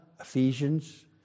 Ephesians